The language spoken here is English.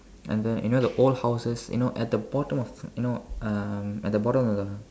and then you know the old houses you know at the bottom of you know um at the bottom of the